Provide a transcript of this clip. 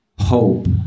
hope